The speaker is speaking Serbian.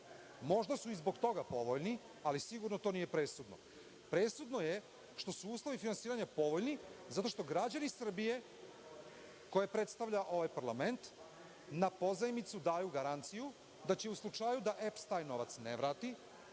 Možda su i zbog toga povoljni, ali sigurno to nije presudno. Presudno je što su uslovi finansiranja povoljni zato što građani Srbije, koje predstavlja ovaj parlament, na pozajmicu daju garanciju da će u slučaju da EPS taj novac ne vrati